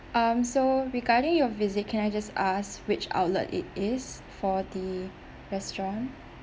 um so regarding your visit can I just ask which outlet it is for the restaurant